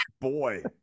Boy